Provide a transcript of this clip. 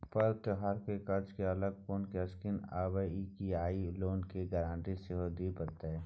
पर्व त्योहार ल कर्ज के अलग कोनो स्कीम आबै इ की आ इ लोन ल गारंटी सेहो दिए परतै?